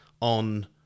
on